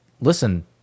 listen